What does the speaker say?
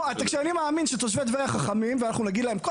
אני מאמין שתושבי טבריה חכמים ואנחנו נגיד להם כל